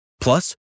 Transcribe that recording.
Plus